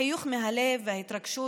החיוך מהלב וההתרגשות